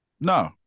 No